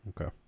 Okay